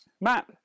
matt